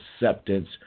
acceptance